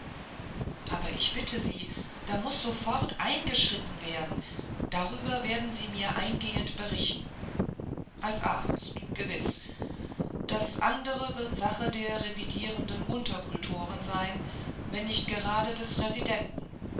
aber ich bitte sie da muß sofort eingeschritten werden darüber werden sie mir eingehend berichten als arzt gewiß das andere wird sache der revidierenden unterkultoren sein wenn nicht gar des residenten